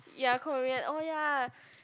ya Korean oh ya